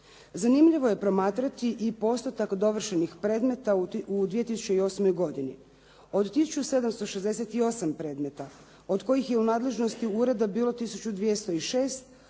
Zanimljivo je promatrati i postotak dovršenih predmeta u 2008. godini. Od 1768 predmeta od kojih je u nadležnosti ureda bilo 1206